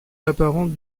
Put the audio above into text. apparente